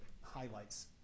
highlights